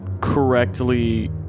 correctly